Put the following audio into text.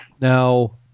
Now